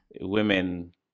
women